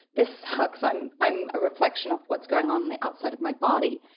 this sucks. i'm i'm a reflection of what's going on on the outside of my body.